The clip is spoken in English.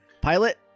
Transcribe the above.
Pilot